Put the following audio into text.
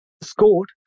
scored